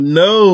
no